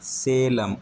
Salem